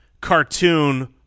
cartoon